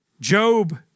Job